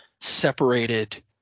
separated